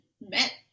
met